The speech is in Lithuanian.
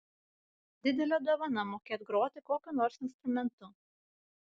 didelė dovana mokėt groti kokiu nors instrumentu